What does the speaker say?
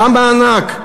כמה ענק?